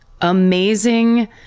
amazing